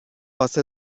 واسه